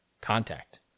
contact